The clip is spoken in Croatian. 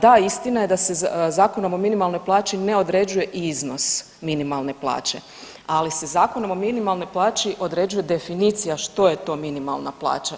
Da, istina je da se Zakonom o minimalnoj plaći ne određuje iznos minimalne plaće, ali se Zakonom o minimalnoj plaći određuje definicija što je to minimalna plaća.